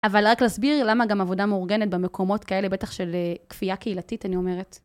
אבל רק להסביר למה גם עבודה מאורגנת במקומות כאלה, בטח של כפייה קהילתית, אני אומרת.